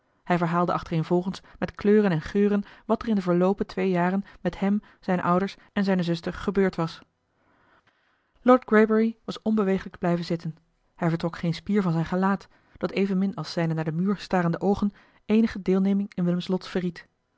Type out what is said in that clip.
hij verhaalde achtereenvolgens met kleuren en geuren wat er in de verloopen twee jaren met hem zijne ouders en zijne zuster gebeurd was lord greybury was onbeweeglijk blijven zitten hij vertrok geen spier van zijn gelaat dat evenmin als zijne naar den muur starende oogen eenige deelneming in willems lot verried